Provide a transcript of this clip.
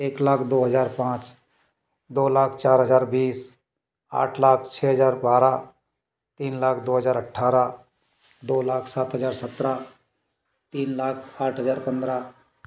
एक लाख दो हज़ार पाँच दो लाख चार हज़ार बीस आठ लाख छ हज़ार बारह तीन लाख दो हज़ार अठारह दो लाख सात हज़ार सतरह तीन लाख आठ हज़ार पंद्रह